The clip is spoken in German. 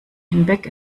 hinweg